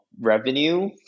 revenue